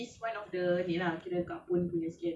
oh dekat situ then